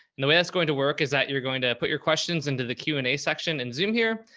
and the way that's going to work is that you're going to put your questions into the q and a section in zoom here.